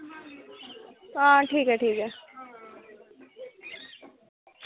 आं ठीक ऐ ठीक ऐ